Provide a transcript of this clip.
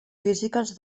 físiques